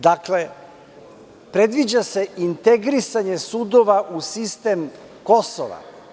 Dakle, predviđa se integrisanje sudova u sistem Kosova.